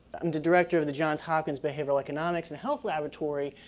i'm the director of the johns hopkins behavioral economics and health laboratory,